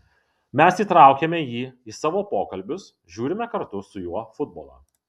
mes įtraukiame jį į savo pokalbius žiūrime kartu su juo futbolą